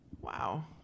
Wow